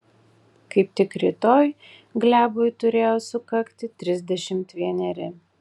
kaip tik rytoj glebui turėjo sukakti trisdešimt vieneri